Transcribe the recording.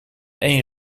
één